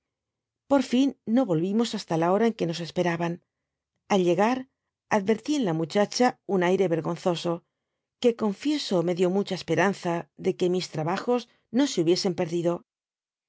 por fin no volvimos hasta la hora en que nos esperaban al llegar advertí en la muchacha un iqrre vergonzoso que confieso me did mucha esperanza de que mis trabajos no se hubiesen perdido